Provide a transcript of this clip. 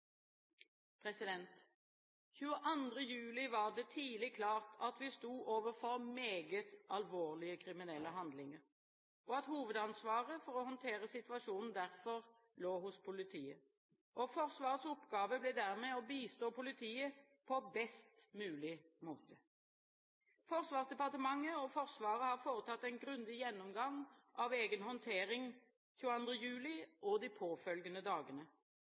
22. juli var det tidlig klart at vi sto overfor meget alvorlige kriminelle handlinger, og at hovedansvaret for å håndtere situasjonen derfor lå hos politiet. Forsvarets oppgave ble dermed å bistå politiet på best mulig måte. Forsvarsdepartementet og Forsvaret har foretatt en grundig gjennomgang av egen håndtering 22. juli og